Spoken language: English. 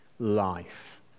life